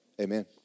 Amen